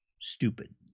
stupid